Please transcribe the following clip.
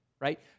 right